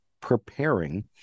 preparing